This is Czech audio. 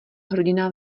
hrdina